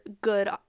good